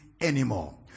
anymore